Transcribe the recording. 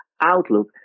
outlook